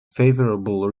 favorable